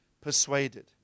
persuaded